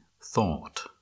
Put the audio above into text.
thought